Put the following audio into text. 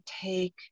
take